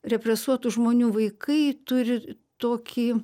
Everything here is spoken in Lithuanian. represuotų žmonių vaikai turi tokį